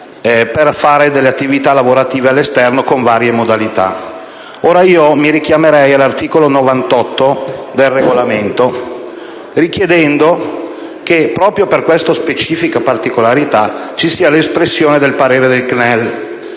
per svolgere attività lavorative all'esterno del carcere con varie modalità. Io mi richiamerei qui all'articolo 98 del Regolamento richiedendo che, proprio per questa specifica particolarità, vi sia l'espressione del parere del CNEL.